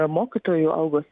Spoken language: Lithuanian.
mokytojų algos